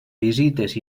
visites